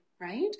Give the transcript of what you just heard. right